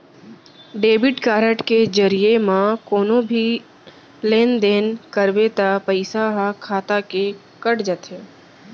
debit card के जरिये म कोनो भी लेन देन करबे त पइसा ह खाता ले कट जाथे